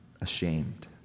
ashamed